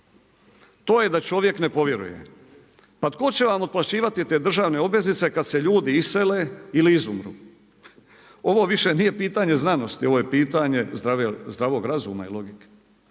To je da čovjek ne povjeruje. Pa tko će vam otplaćivati te državne obveznice kada se ljudi isele ili izumru? Ovo više nije pitanje znanosti, ovo je pitanje zdravog razuma i logike.